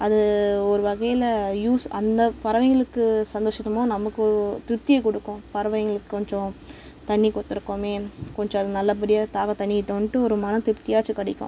அது ஒரு வகையில் யூஸ் அந்த பறவைங்களுக்கு சந்தோஷமும் நமக்கு திருப்தியை கொடுக்கும் பறவைங்களுக்கு கொஞ்சம் தண்ணி கொடுத்துருக்கோமே கொஞ்சம் அது நல்லபடியாக தாகம் தணியட்டுன்ட்டு ஒரு மன திருப்தியாச்சும் கிடைக்கும்